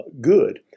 good